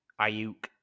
Ayuk